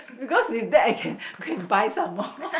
because with that I can can buy some more